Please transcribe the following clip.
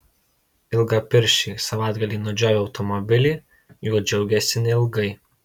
ilgapirščiai savaitgalį nudžiovę automobilį juo džiaugėsi neilgai